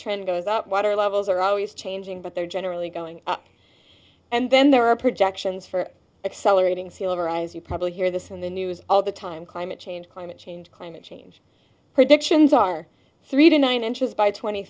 trend goes up water levels are always changing but they're generally going up and then there are projections for accelerating sea level rise you probably hear this on the news all the time climate change climate change climate change predictions are three to nine inches by twenty